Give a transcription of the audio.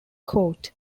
court